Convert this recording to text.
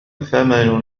ثمن